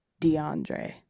deandre